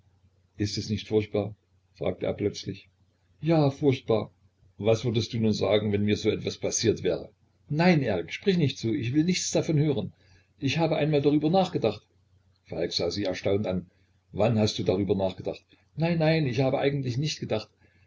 ist es nicht furchtbar fragte er plötzlich ja furchtbar was würdest du nun sagen wenn mir so etwas passiert wäre nein erik sprich nicht so ich will nichts davon hören ich habe einmal darüber nachgedacht falk sah sie erstaunt an wann hast du darüber gedacht nein nein ich habe eigentlich nicht gedacht